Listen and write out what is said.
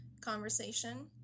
conversation